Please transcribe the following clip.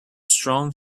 strong